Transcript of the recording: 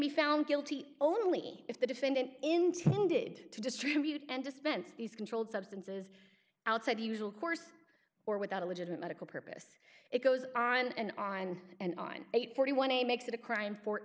be found guilty only if the defendant intended to distribute and dispense these controlled substances outside the usual course or without a legitimate medical purpose it goes on and on and on eight hundred and forty one dollars day makes it a crime for